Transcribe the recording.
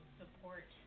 support